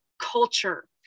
culture